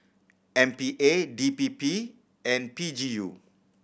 M P A D P P and P G U